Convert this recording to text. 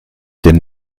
dem